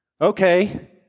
Okay